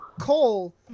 Cole